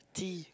tea